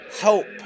Help